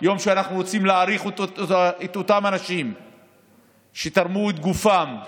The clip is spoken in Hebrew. יום שבו אנחנו רוצים להעריך את אותם אנשים שתרמו את גופם או